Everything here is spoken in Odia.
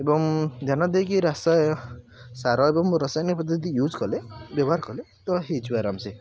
ଏବଂ ଧ୍ୟାନ ଦେଇକି ରାସାୟ ସାର ଏବଂ ରାସାୟନିକ ପଦ୍ଧତି ୟୁଜ୍ କଲେ ବ୍ୟବହାର କଲେ ତ ହୋଇଯିବ ଆରାମସେ